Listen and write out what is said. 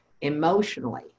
emotionally